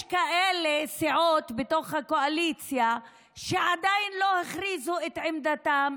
יש כאלה סיעות בתוך הקואליציה שעדיין לא הכריזו את עמדתם,